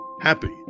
happy